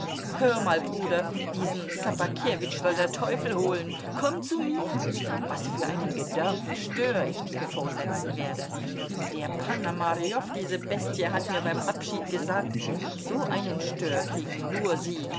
hör mal bruder diesen ssobakewitsch soll der teufel holen komm zu mir was für einen gedörrten stör ich dir vorsetzen werde der ponomarjow diese bestie hat mir beim abschied gesagt so einen stör kriegen nur sie